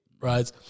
right